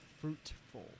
Fruitful